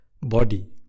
body